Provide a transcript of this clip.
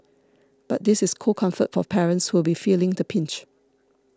but this is cold comfort for parents who'll be feeling the pinch